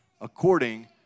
according